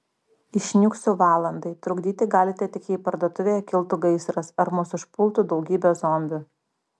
išnyksiu valandai trukdyti galite tik jei parduotuvėje kiltų gaisras ar mus užpultų daugybė zombių